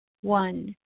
One